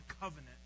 covenant